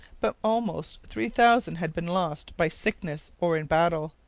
but almost three thousand had been lost by sickness or in battle.